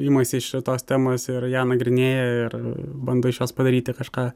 imasi šitos temos ir ją nagrinėja ir bando iš jos padaryti kažką